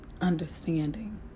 Understanding